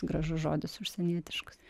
gražus žodis užsienietiškas